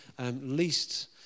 least